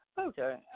Okay